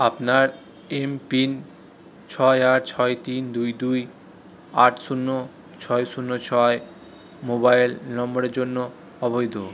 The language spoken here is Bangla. আপনার এমপিন ছয় আট ছয় তিন দুই দুই আট শূন্য ছয় শূন্য ছয় মোবাইল নম্বরের জন্য অবৈধ